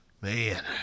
Man